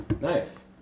Nice